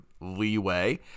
leeway